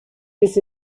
this